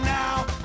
now